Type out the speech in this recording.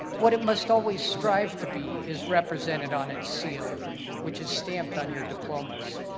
what it must always strive to be is represented on it's seal which is stamped on your diplomas.